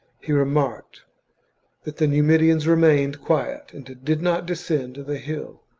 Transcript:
he remarked that the numidians remained quiet and did not descend the hill,